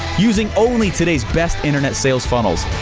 using only today's best internet sales funnels.